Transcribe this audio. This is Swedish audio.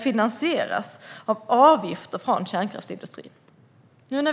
finansieras av avgifter från kärnkraftsindustrin.